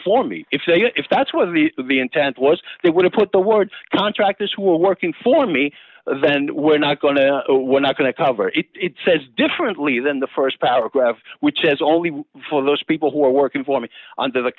for me if they if that's what the the intent was they would have put the word contractors who are working for me then we're not going to we're not going to cover it says differently than the st paragraph which is only for those people who are working for me under the